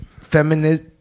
feminist